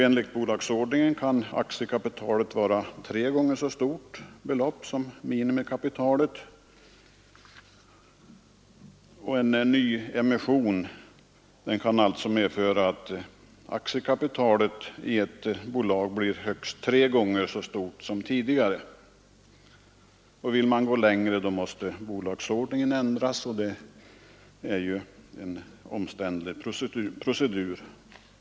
Enligt bolagsordningen kan aktiekapitalet vara tre gånger så stort som minimikapitalet, och en nyemission kan sålunda medföra att aktiekapitalet i ett bolag blir högst tre gånger så stort som tidigare. Vill man gå längre måste bolagsordningen ändras, vilket är en omständlig procedur.